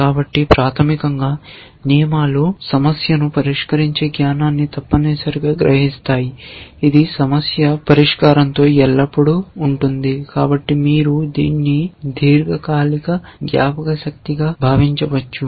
కాబట్టి ప్రాథమికంగా నియమాలు సమస్యను పరిష్కరించే జ్ఞానాన్ని తప్పనిసరిగా సంగ్రహిస్తాయి ఇది సమస్య పరిష్కారంతో ఎల్లప్పుడూ ఉంటుంది కాబట్టి మీరు దీన్ని దీర్ఘకాలిక జ్ఞాపకశక్తిగా భావించవచ్చు